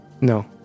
No